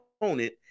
opponent